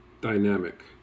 dynamic